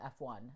F1